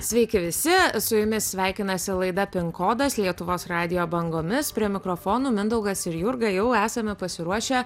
sveiki visi su jumis sveikinasi laida pin kodas lietuvos radijo bangomis prie mikrofonų mindaugas ir jurga jau esame pasiruošę